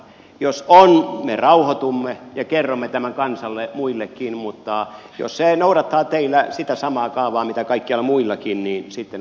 jos on me rauhoitumme ja kerromme tämän kansalle muillekin mutta jos se noudattaa teillä sitä samaa kaavaa mitä kaikilla muillakin niin sitten olemme huolissamme